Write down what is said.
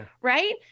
right